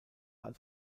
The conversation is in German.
als